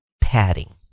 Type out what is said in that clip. padding